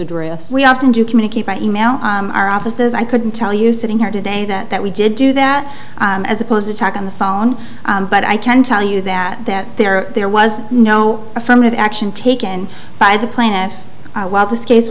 address we often do communicate by e mail our offices i couldn't well you sitting here today that we did do that as opposed to talk on the phone but i can tell you that that there there was no affirmative action taken by the plant while this case